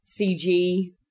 CG